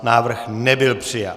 Návrh nebyl přijat.